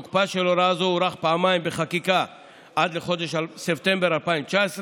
תוקפה של הוראה זו הוארך פעמיים בחקיקה עד לחודש ספטמבר 2019,